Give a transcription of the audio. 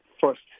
first